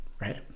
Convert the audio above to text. Right